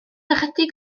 ychydig